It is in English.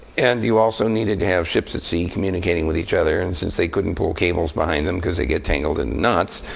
and you also needed to have ships at sea communicating with each other. and since they couldn't pull cables behind them, because they'd get tangled in knots,